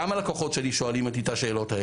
גם הלקוחות שלי שואלים אותי את השאלות האלה.